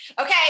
Okay